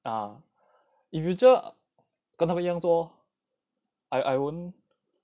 uh in future 跟他们一样做 I won't